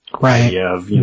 Right